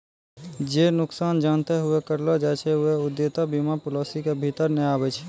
जे नुकसान जानते हुये करलो जाय छै उ देयता बीमा पालिसी के भीतर नै आबै छै